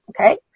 okay